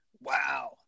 Wow